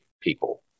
people